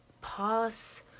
pause